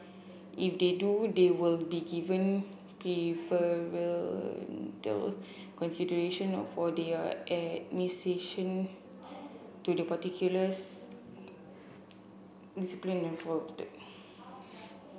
if they do they will be given preferential consideration or for their admission to the particulars discipline or